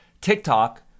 tiktok